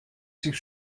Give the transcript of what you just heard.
sich